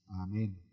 Amen